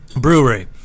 brewery